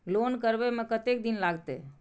Loan करबे में कतेक दिन लागते?